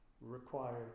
Required